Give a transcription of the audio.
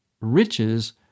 riches